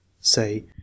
Say